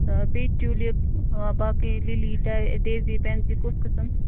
تہٕ بیٚیہِ ٹیوٗلِپ باقٕے لِلی ڈَے ڈیزی پٮ۪نزی کُس قٕسٕم